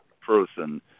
person